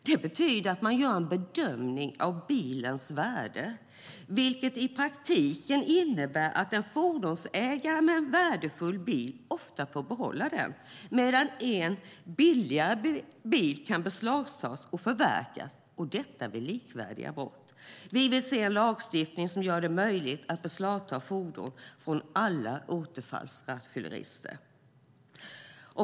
Det betyder att man gör en bedömning av bilens värde, vilket i praktiken innebär att en fordonsägare med en värdefull bil ofta får behålla den, medan en billigare bil kan beslagtas och förverkas, och detta vid likvärdiga brott. Vi vill se en lagstiftning som gör det möjligt att beslagta fordon från alla återfallsrattfyllerister.